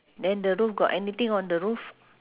then the roof got anything on the roof